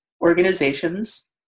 organizations